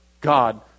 God